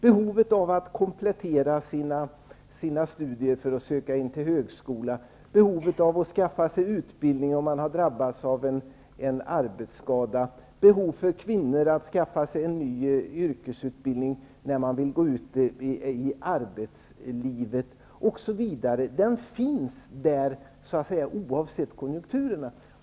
Behovet av att komplettera sina studier för att söka in på högskola, behovet av att skaffa sig utbildning om man har drabbats av en arbetsskada, behovet för kvinnor att skaffa sig en ny yrkesutbildning när de vill gå ut i arbetslivet osv. finns oavsett konjunkturen.